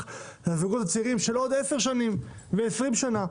לזוגות הצעירים של עוד עשר ועשרים שנה.